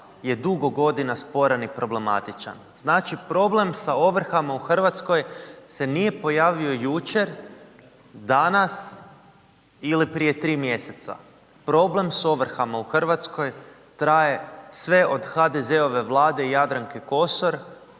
je dugo godina sporan i problematičan. Znači problem sa ovrhama u Hrvatskoj se nije pojavio jučer, danas ili prije 3 mjeseca. Problem s ovrhama u Hrvatskoj traje sve od HDZ-ove vlade i Jadranke Kosor